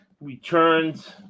returns